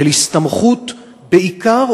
של הסתמכות בעיקר,